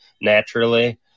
naturally